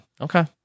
Okay